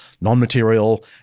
non-material